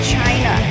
China